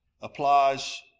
applies